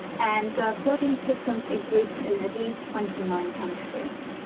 and floating systems include in at least twenty nine countries.